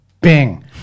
bing